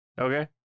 Okay